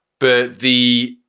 but the.